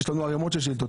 ויש לנו ערימות של שאילתות.